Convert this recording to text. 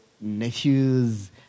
nephews